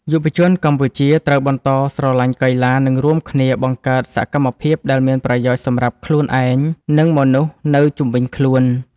យុវជនកម្ពុជាត្រូវបន្តស្រឡាញ់កីឡា និងរួមគ្នាបង្កើតសកម្មភាពដែលមានប្រយោជន៍សម្រាប់ខ្លួនឯង និងមនុស្សនៅជុំវិញខ្លួន។